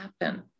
happen